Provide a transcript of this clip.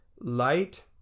light